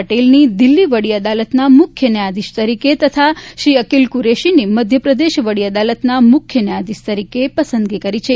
પટેલની દિલ્હી વડી અદાલતના મુખ્ય ન્યાયાધીશ તથા શ્રી અકીલ કુરેશીની મધ્યપ્રદેશ વડી અદાલતના મુખ્ય ન્યાયાધીશ તરીકે પસંદગી કરી છે